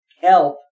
help